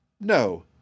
No